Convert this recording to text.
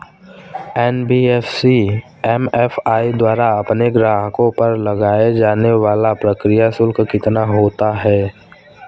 NBFC MFI द्वारा अपने ग्राहकों पर लगाए जाने वाला प्रक्रिया शुल्क कितना होता है?